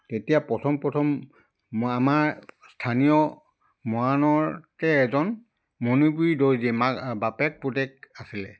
তেতিয়া প্ৰথম প্ৰথম মই আমাৰ স্থানীয় মৰাণতে এজন মণিপুৰী দৰ্জী মাক বাপেক পুতেক আছিলে